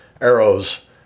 arrows